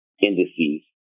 indices